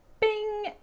bing